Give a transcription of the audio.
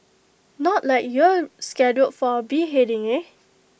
not like you're scheduled for A beheading eh